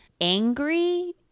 angry